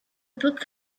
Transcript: book